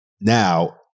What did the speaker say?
Now